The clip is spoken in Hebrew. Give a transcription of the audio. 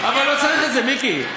אבל לא צריך את זה, מיקי.